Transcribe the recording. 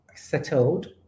Settled